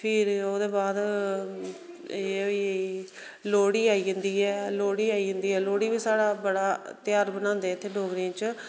फिर ओह्दे बाद एह् होई गेई लोहड़ी आई जंदी ऐ लोहड़ी आई जंदी ऐ लोहड़ी बी स्हाढ़ै बड़ा ध्यार बनांदे इत्थै डोगरें च